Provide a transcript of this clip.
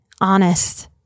honest